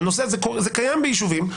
זה קיים ביישובים,